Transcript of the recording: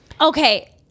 Okay